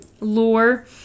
lore